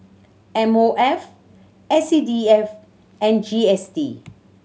M O F S C D F and G S T